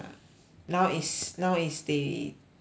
now is now is they the